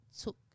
took